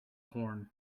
horn